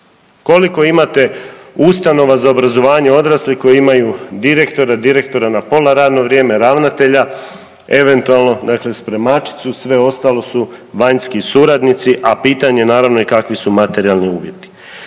Koliko imate ustanova za obrazovanje odraslih koje imaju direktora, direktora na pola radno vrijeme, ravnatelja eventualno, dakle spremačicu. Sve ostalo su vanjski suradnici, a pitanje naravno kakvi su i materijalni uvjeti.